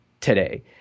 today